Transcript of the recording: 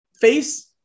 face